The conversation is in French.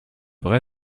vrai